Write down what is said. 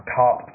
top